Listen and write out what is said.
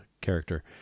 Character